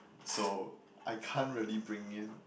so I can't really bring in